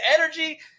energy